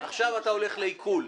עכשיו אתה הולך לעיקול,